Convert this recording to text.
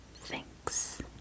Thanks